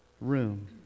room